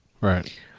right